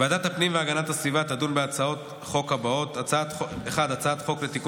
ועדת הפנים והגנת הסביבה תדון בהצעות חוק הבאות: 1. הצעת חוק לתיקון